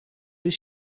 does